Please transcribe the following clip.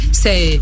say